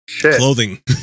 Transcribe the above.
Clothing